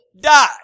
die